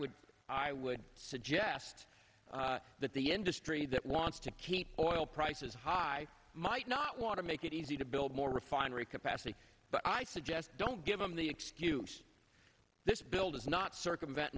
would i would suggest that the industry that wants to keep oil prices high might not want to make it easy to build more refinery capacity but i suggest don't give them the excuse this bill does not circumvent